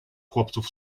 chłopców